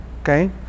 Okay